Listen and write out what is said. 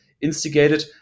instigated